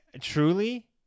truly